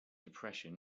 depression